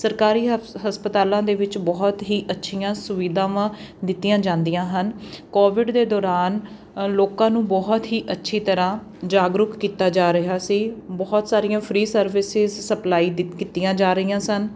ਸਰਕਾਰੀ ਹਪਸ ਹਸਪਤਾਲਾਂ ਦੇ ਵਿੱਚ ਬਹੁਤ ਹੀ ਅੱਛੀਆਂ ਸੁਵਿਧਾਵਾਂ ਦਿੱਤੀਆਂ ਜਾਂਦੀਆਂ ਹਨ ਕੋਵਿਡ ਦੇ ਦੌਰਾਨ ਅ ਲੋਕਾਂ ਨੂੰ ਬਹੁਤ ਹੀ ਅੱਛੀ ਤਰ੍ਹਾਂ ਜਾਗਰੂਕ ਕੀਤਾ ਜਾ ਰਿਹਾ ਸੀ ਬਹੁਤ ਸਾਰੀਆਂ ਫ੍ਰੀ ਸਰਵਿਸਿਸ ਸਪਲਾਈ ਦਿੱਤ ਕੀਤੀਆਂ ਜਾ ਰਹੀਆਂ ਸਨ